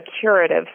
curative